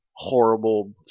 Horrible